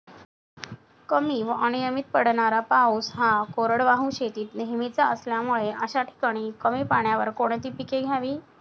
कमी व अनियमित पडणारा पाऊस हा कोरडवाहू शेतीत नेहमीचा असल्यामुळे अशा ठिकाणी कमी पाण्यावर कोणती पिके घ्यावी?